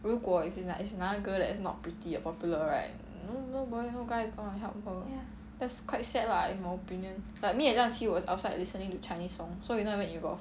如果 if it's like it's another girl that's not pretty or popular right no no boy no guy is gonna help her that's quite sad lah in my opinion like me and liang qi was outside listening to chinese song so we not even involved